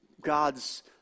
God's